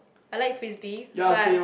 I like frisbee but